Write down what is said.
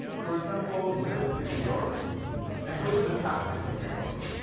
for example, this is new york and those are the taxis in new york.